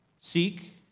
Seek